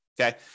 Okay